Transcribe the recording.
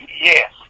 Yes